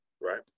Right